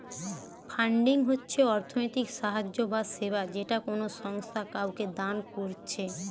funding হচ্ছে অর্থনৈতিক সাহায্য বা সেবা যেটা কোনো সংস্থা কাওকে দান কোরছে